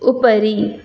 उपरि